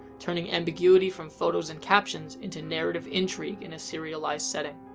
turning ambiguity from photos and captions into narrative intrigue in a serialized setting.